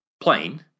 plane